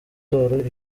d’or